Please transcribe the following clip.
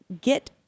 get